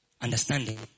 understanding